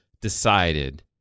decided